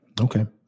Okay